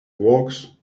walks